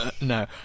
no